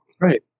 right